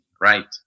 right